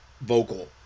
vocal